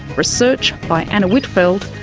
research by anna whitfeld,